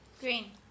Green